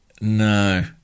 No